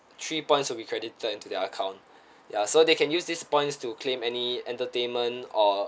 three points will be credited into their account ya so they can use these points to claim any entertainment or